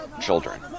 children